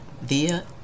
via